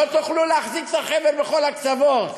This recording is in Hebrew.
לא תוכלו להחזיק את החבל בכל הקצוות.